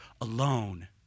alone